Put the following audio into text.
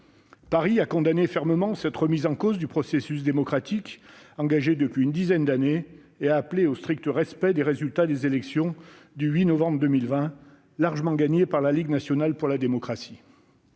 Paris a condamné fermement cette remise en cause du processus démocratique engagé depuis une dizaine d'années et a appelé au strict respect des résultats des élections du 8 novembre 2020, largement gagnées par la Ligue nationale pour la démocratie.